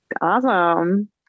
Awesome